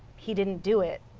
he didn't do it,